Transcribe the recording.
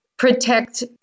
protect